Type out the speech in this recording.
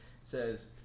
says